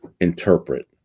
interpret